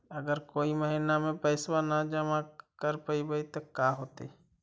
अगर कोई महिना मे पैसबा न जमा कर पईबै त का होतै?